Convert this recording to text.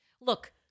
Look